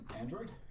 Android